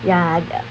ya ya